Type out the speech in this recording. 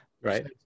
right